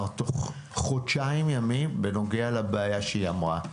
תוך חודשיים ימים בנוגע לבעיה שהיא אמרה.